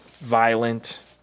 violent